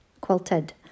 quilted